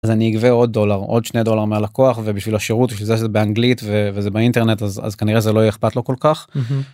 אני אגבה עוד דולר עוד שני דולר מהלקוח ובשביל השירות שזה באנגלית וזה באינטרנט אז אז כנראה זה לא אכפת לו כל כך.